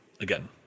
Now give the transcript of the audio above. Again